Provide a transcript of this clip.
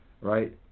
right